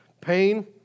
pain